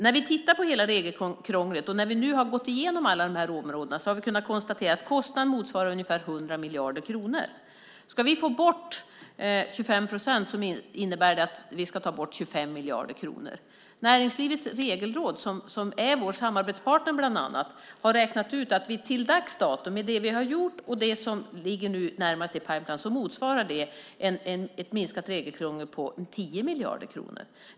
När vi tittat på hela regelkrånglet och gått igenom alla områdena har vi konstaterat att kostnaderna motsvarar ungefär 100 miljarder kronor. Ska vi få bort 25 procent innebär det att vi ska ta bort 25 miljarder kronor. Näringslivets regelråd, som bland annat är vår samarbetspartner, har räknat ut att det vi till dags dato har gjort och det som nu närmast ligger i pipeline motsvarar ett minskat regelkrångel på 10 miljarder kronor.